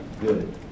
good